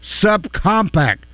subcompact